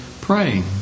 praying